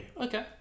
Okay